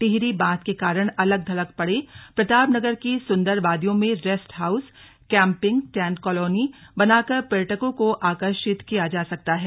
टिहरी बांध के कारण अलग थलग पड़े प्रतापनगर की सुंदर वादियों में rest house camping tent colony बनाकर पर्यटकों को आकर्षित किया जा सकता है